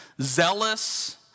Zealous